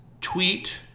Tweet